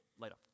later